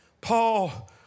Paul